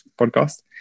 podcast